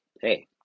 hey